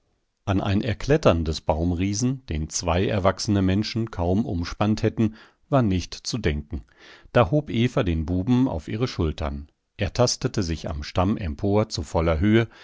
an ein erklettern des baumriesen den zwei erwachsene menschen kaum umspannt hätten war nicht zu denken da hob eva den buben auf ihre schultern er tastete sich am stamm empor zu voller höhe